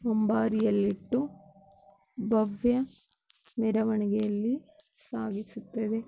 ಅಂಬಾರಿಯಲ್ಲಿಟ್ಟು ಭವ್ಯ ಮೆರವಣಿಗೆಯಲ್ಲಿ ಸಾಗಿಸುತ್ತದೆ